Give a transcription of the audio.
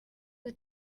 the